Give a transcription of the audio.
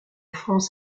france